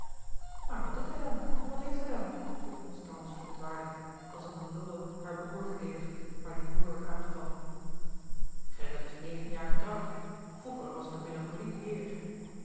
maar wat doet hij dan en wat heeft hij dan vroeg constance verontwaardigd als een van lowe haar broêr verdedigend waar die broêr werd aangevallen louis couperus de boeken der kleine zielen gerrit is negen jaar getrouwd vroeger was het een melancholiek heer